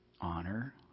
Honor